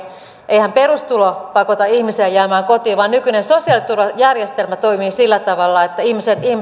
eihän perustulo pakota ihmisiä jäämään kotiin vaan nykyinen sosiaaliturvajärjestelmä toimii sillä tavalla että ihmisen ei